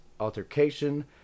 altercation